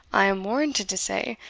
i am warranted to say,